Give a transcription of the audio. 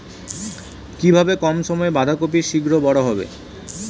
কিভাবে কম সময়ে বাঁধাকপি শিঘ্র বড় হবে?